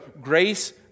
grace